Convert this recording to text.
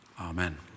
Amen